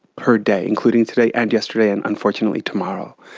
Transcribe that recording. per day, including today and yesterday and unfortunately tomorrow.